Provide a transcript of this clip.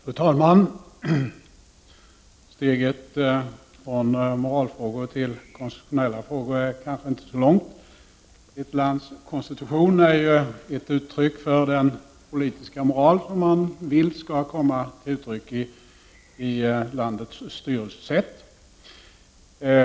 Fru talman! Steget från moralfrågor till konstitutionella frågor är kanske inte så långt. Ett lands konstitution är ju uttryck för den politiska moral som man vill skall prägla landets styrelsesätt.